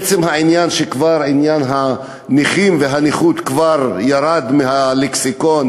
עצם העניין שהמילים נכים ונכות כבר ירדו מהלקסיקון,